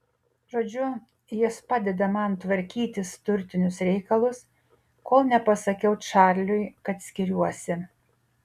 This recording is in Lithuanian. žodžiu jis padeda man tvarkytis turtinius reikalus kol nepasakiau čarliui kad skiriuosi